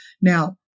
Now